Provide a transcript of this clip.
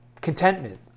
Contentment